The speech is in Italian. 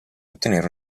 ottenere